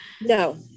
No